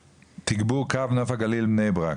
תגבור קו נוף הגליל-בני ברק,